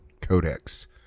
Codex